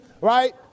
right